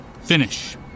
finish